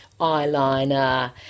eyeliner